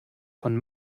von